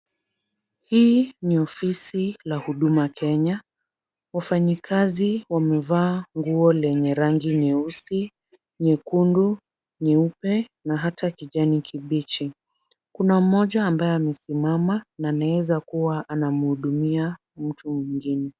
Hii ni ofisi la Huduma Kenya. Wafanyikazi wamevaa nguo lenye rangi nyeusi, nyekundu, nyeupe na hata kijani kibichi. Kuna mmoja ambaye amesimama na anaweza kuwa anamhudumia mtu mwingine.